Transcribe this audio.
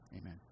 Amen